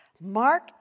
Mark